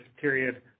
period